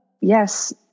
Yes